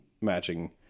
matching